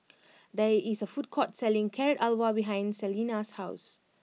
there is a food court selling Carrot Halwa behind Salena's house